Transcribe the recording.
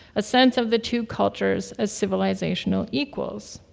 a sense of the two cultures as civilizational equals.